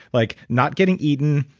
like not getting eaten,